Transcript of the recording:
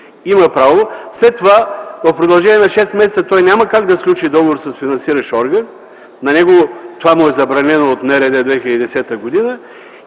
има право, а след това в продължение на шест месеца той няма как да сключи договор с финансиращ орган. На него това му е забранено от Националния